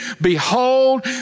Behold